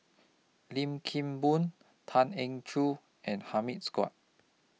Lim Kim Boon Tan Eng Joo and Hamid Sugaat